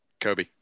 Kobe